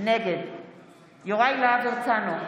נגד יוראי להב הרצנו,